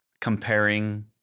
comparing